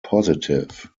positive